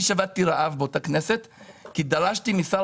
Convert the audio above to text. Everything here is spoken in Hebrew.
אני שבתתי רעב באותה כנסת כי דרשתי משר